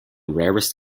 rarest